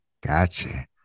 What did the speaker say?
Gotcha